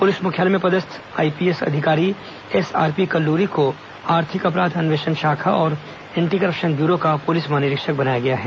police मुख्यालय में पदस्थ आईपीएस अधिकारी एसआरपी कल्लूरी को आर्थिक अपराध अन्वेषण शाखा और एंटी करप्शन ब्यूरो का पुलिस महानिरीक्षक बनाया गया है